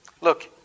Look